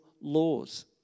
laws